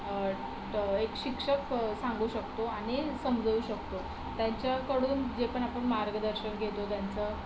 ट एक शिक्षक फ सांगू शकतो आणि समजवू शकतो त्यांच्या कडून जे पण आपण मार्गदर्शन घेतो त्यांचं